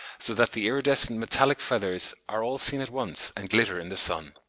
so that the iridescent metallic feathers are all seen at once, and glitter in the sun.